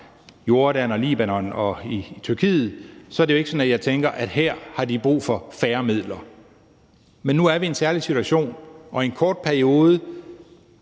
Jordan, Libanon og Tyrkiet – er det jo ikke sådan, at jeg tænker, at de har brug for færre midler. Men nu er vi i en særlig situation, og jeg tror,